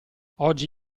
oggi